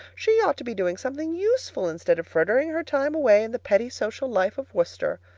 she ought to be doing something useful instead of frittering her time away in the petty social life of worcester.